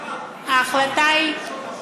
ההחלטה היא: